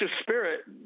spirit